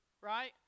right